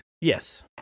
Yes